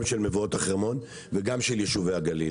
גם של מבואות החרמון וגם של יישובי הגליל